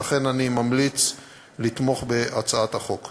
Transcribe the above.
ולכן אני ממליץ לתמוך בהצעת החוק.